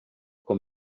com